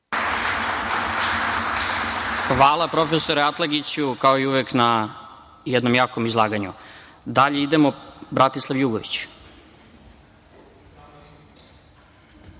Hvala profesore Atlagiću, kao i uvek, na jednom jakom izlaganju. Idemo dalje. Bratislav Jugović.